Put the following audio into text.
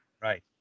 right